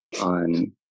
on